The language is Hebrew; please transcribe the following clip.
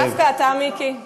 דווקא אתה, דווקא אתה, מיקי.